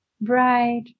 bright